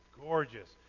gorgeous